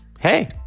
hey